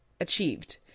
achieved